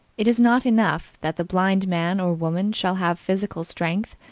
it is not enough that the blind man or woman shall have physical strength,